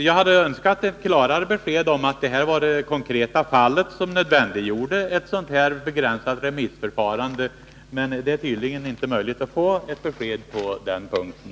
Jag hade önskat ett klarare besked om att detta var det konkreta fall som nödvändiggjorde ett sådant här begränsat remissförfarande, men det är tydligen inte möjligt att få fram ett besked på den punkten.